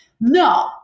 No